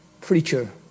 preacher